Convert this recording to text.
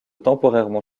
temporairement